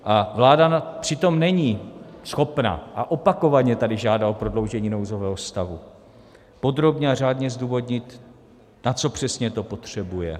A vláda přitom není schopna a opakovaně tady žádá o prodloužení nouzového stavu podrobně a řádně zdůvodnit, na co přesně to potřebuje.